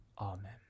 Amen